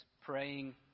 praying